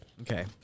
Okay